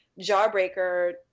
Jawbreaker